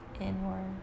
inward